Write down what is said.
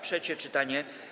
Trzecie czytanie.